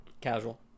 casual